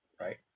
right